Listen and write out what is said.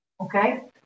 okay